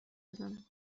بزنم